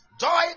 Joy